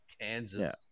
Kansas